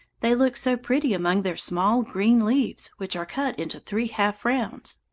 they look so pretty among their small green leaves, which are cut into three half-rounds.